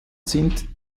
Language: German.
sind